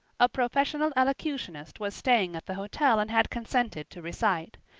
a professional elocutionist was staying at the hotel and had consented to recite.